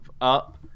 up